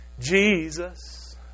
Jesus